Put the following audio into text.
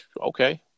Okay